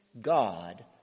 God